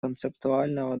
концептуального